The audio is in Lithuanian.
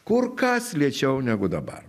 kur kas lėčiau negu dabar